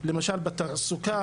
למשל בתעסוקה,